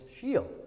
shield